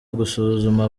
ugusuzuma